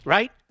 Right